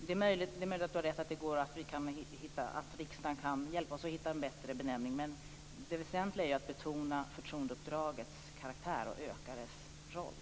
Det är möjligt att Lennart Hedquist har rätt i att riksdagen kan hjälpa oss att finna en bättre benämning, men det väsentliga är att betona förtroendeuppdragets karaktär och öka dess status.